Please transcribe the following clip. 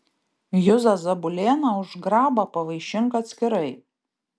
juzą zabulėną už grabą pavaišink atskirai